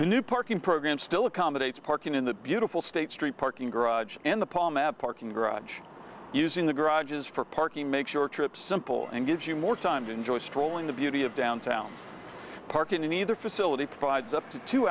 new parking program still accommodates parking in the beautiful state street parking garage and the problem of parking garage using the garages for parking make sure trips simple and gives you more time to enjoy strolling the beauty of downtown park in either facility provides up to two